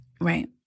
right